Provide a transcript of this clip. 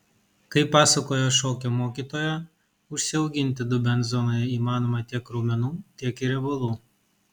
kaip pasakoja šokio mokytoja užsiauginti dubens zonoje įmanoma tiek raumenų tiek ir riebalų